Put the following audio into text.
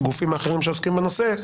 הגופים האחרים שעוסקים בנושא,